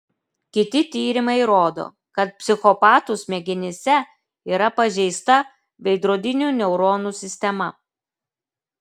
kiti tyrimai rodo kad psichopatų smegenyse yra pažeista veidrodinių neuronų sistema